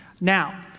Now